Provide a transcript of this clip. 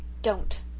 don't,